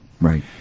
Right